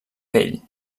pell